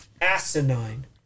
asinine